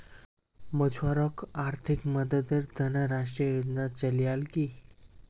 मछुवारॉक आर्थिक मददेर त न राष्ट्रीय योजना चलैयाल की